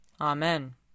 Amen